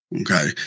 Okay